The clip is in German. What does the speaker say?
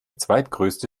zweitgrößte